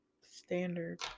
standard